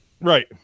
right